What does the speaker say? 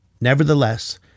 Nevertheless